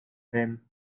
him